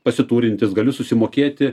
pasiturintis galiu susimokėti